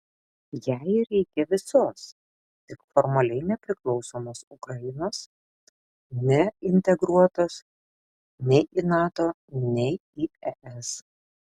jai reikia visos tik formaliai nepriklausomos ukrainos neintegruotos nei į nato nei į es